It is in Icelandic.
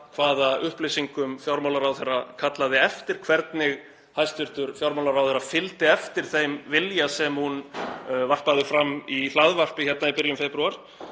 hvaða upplýsingum fjármálaráðherra kallaði eftir, hvernig hæstv. fjármálaráðherra fylgdi eftir þeim vilja sem hún varpaði fram í hlaðvarpi í byrjun febrúar